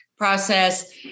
process